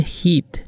heat